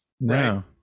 No